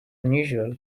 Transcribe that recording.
unusual